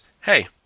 Hey